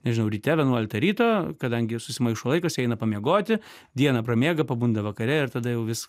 nežinau ryte vienuoliktą ryto kadangi susimaišo laikas jie eina pamiegoti dieną pramiega pabunda vakare ir tada jau vis